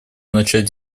начать